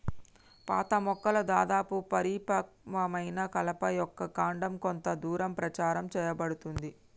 పాత మొక్కల దాదాపు పరిపక్వమైన కలప యొక్క కాండం కొంత దూరం ప్రచారం సేయబడుతుంది